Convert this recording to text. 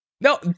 No